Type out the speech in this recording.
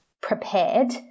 prepared